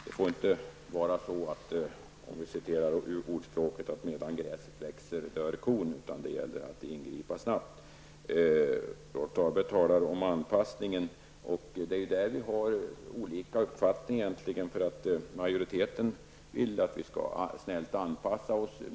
För att citera ordspråket får det inte vara så att ''medan gräset växer, dör kon'', utan det gäller att ingripa snabbt. Rolf Dahlberg talar om anpassningen. Det är där vi har olika uppfattning. Majoriteten vill att vi snällt skall anpassa oss.